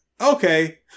Okay